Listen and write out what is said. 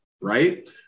Right